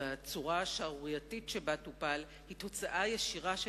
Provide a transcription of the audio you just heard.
הצורה השערורייתית שבה הוא טופל היא תוצאה ישירה של